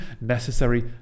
necessary